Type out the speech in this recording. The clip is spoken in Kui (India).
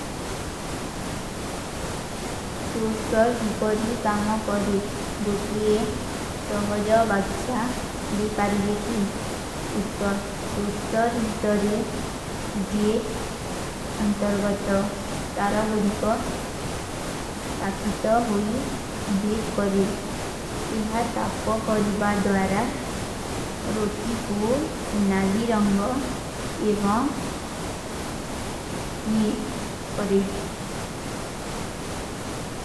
ଟୋସ୍ଟର କୀପରେ କାମା କରେ, ଗୋଟିଯେ ସହଜଵ ବାଗଚ୍ଯା ଦେପାରେ ବେଖୀ। ଉତ୍ତର, ଟୋସ୍ଟର ଭୀତରେ ଜେଧ ଅଂତରଗତ ତାରଗୋଡୀ କା ତାପିତା ହୋଈ ବେଖ କରେ। ଏହା ତାପପ କରୀବା ଦ୍ଵାରା ରୋତୀ କୋ ସୁନାଲୀ ରଂଗ ଏବାଂ ଜୀପ୍ସ କରେ।